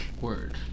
Word